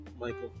Michael